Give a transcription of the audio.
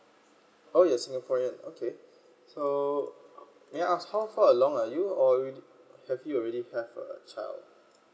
oh you're singaporean okay so may I ask how far or long are or you have you already have uh child